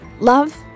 Love